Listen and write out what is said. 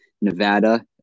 Nevada